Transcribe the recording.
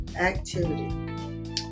activity